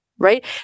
Right